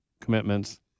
commitments